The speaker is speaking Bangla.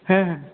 হ্যাঁ হ্যাঁ